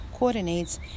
coordinates